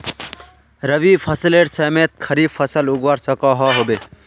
रवि फसलेर समयेत खरीफ फसल उगवार सकोहो होबे?